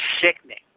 sickening